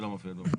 שלא מופיעות.